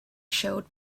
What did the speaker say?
showed